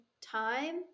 time